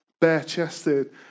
bare-chested